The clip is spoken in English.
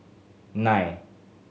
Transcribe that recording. nine